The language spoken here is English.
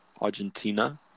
Argentina